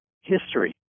history